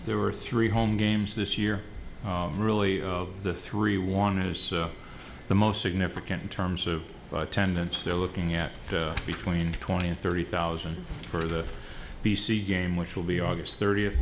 there were three home games this year really of the three warners the most significant in terms of attendance they're looking at between twenty and thirty thousand for the b c s game which will be august thirtieth